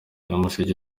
nyamasheke